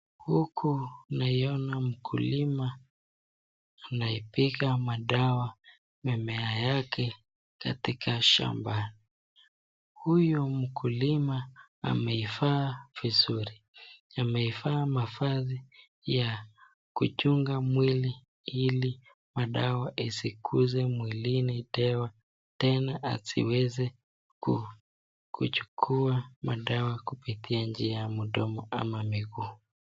Huku naiona mkulima anaipiga madawa mimea yake katika shamba. Huyu mkulima ameivaa vizuri. Amevaa mavazi ya kuchunga mwili ili madawa isiguze mwilini tena asiweze kuchukua madawa kupitia njia ya mdomo ama miguu.